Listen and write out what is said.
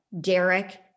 Derek